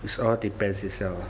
it's all depends yourself